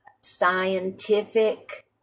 Scientific